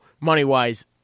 money-wise